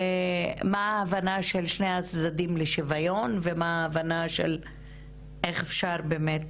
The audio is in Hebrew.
מה ההבנה של שני הצדדים לשוויון ומה ההבנה של איך אפשר באמת,